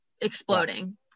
exploding